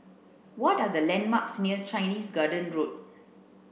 what are the landmarks near Chinese Garden Road